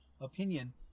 opinion